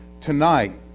tonight